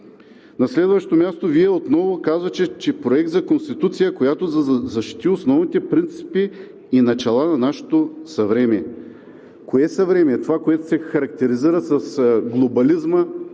На следващо място Вие отново казвате, че е Проект за Конституция, която да защити основните принципи и начала на нашето съвремие. Кое съвремие? Това, което се характеризира с глобализма,